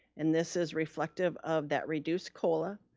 and this is reflective of that reduced cola